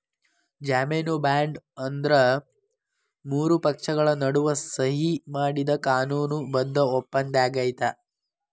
ಜಾಮೇನು ಬಾಂಡ್ ಅಂದ್ರ ಮೂರು ಪಕ್ಷಗಳ ನಡುವ ಸಹಿ ಮಾಡಿದ ಕಾನೂನು ಬದ್ಧ ಒಪ್ಪಂದಾಗ್ಯದ